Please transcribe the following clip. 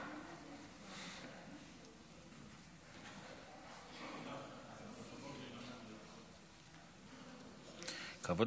כבוד